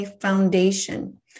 foundation